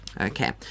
Okay